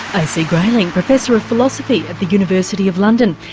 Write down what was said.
ac grayling, professor of philosophy at the university of london,